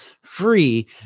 free